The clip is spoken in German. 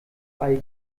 weil